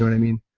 i mean?